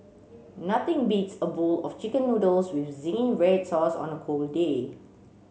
nothing beats a bowl of chicken noodles with zingy red sauce on a cold day